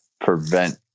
prevent